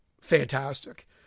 fantastic